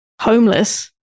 homeless